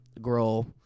grow